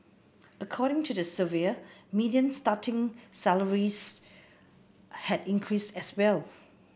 according to the survey median starting salaries had increased as well